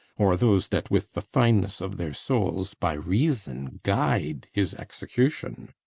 or those that with the fineness of their souls by reason guide his execution.